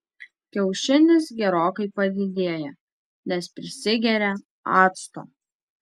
kiaušinis gerokai padidėja nes prisigeria acto